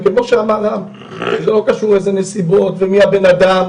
כמו שאמר רם, זה לא קשור לנסיבות ומי הבן אדם,